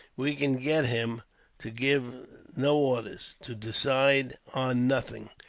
we can get him to give no orders, to decide on nothing,